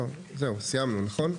סיימנו, נכון?